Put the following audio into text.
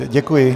Děkuji.